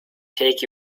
take